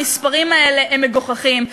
המספרים האלה הם מגוחכים,